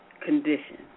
condition